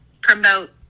promote